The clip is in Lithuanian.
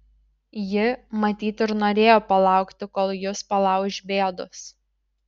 ji matyt ir norėjo palaukti kol jus palauš bėdos